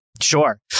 Sure